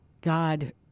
God